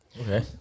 Okay